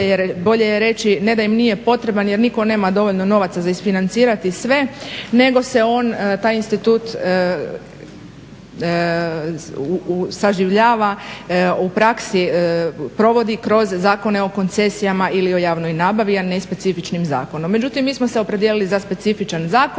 ali bolje je reći ne da im nije potreban jer nitko nema dovoljno novaca za isfinancirati sve nego se on, taj institut, saživljava u praksi provodi kroz zakone o koncesijama ili o javnoj nabavi, a ne specifičnim zakonom. Međutim, mi smo se opredijelili za specifičan zakon